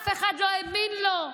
אף אחד לא האמין לו.